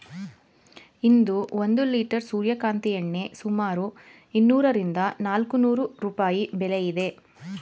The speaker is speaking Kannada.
ಇಂದು ಒಂದು ಲಿಟರ್ ಸೂರ್ಯಕಾಂತಿ ಎಣ್ಣೆ ಸುಮಾರು ಇನ್ನೂರರಿಂದ ನಾಲ್ಕುನೂರು ರೂಪಾಯಿ ಬೆಲೆ ಇದೆ